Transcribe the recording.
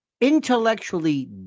intellectually